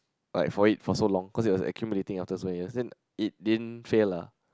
like for it for so long cause it was accumulating after so many years then it didn't fail lah